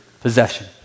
possession